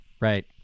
right